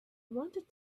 wanted